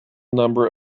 number